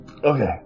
Okay